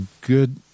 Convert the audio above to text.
good